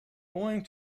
going